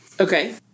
Okay